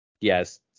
yes